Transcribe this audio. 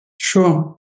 Sure